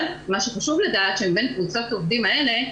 אבל מה שחשוב לדעת שבין קבוצות העובדים האלה,